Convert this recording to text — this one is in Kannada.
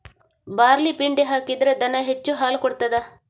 ಬಾರ್ಲಿ ಪಿಂಡಿ ಹಾಕಿದ್ರೆ ದನ ಹೆಚ್ಚು ಹಾಲು ಕೊಡ್ತಾದ?